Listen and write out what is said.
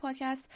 podcast